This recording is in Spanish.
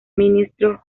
ministro